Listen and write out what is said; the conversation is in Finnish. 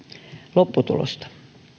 lopputulosta